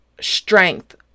strength